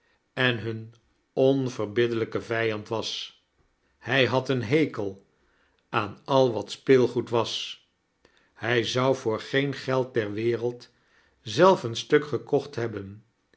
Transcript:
en hun onverbiddelijke vijand was hij had een charles dickens hekel aan al wat speelgoed was hij zou voor geen geld der wereld zelf een stuk gekocht hebben